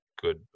good